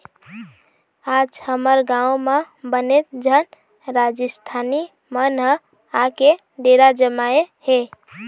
आज हमर गाँव म बनेच झन राजिस्थानी मन ह आके डेरा जमाए हे